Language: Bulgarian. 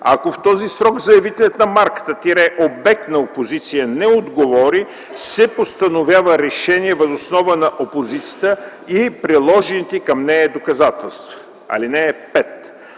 Ако в този срок заявителят на марката - обект на опозиция, не отговори, се постановява решение въз основа на опозицията и приложените към нея доказателства. (5) Отговорът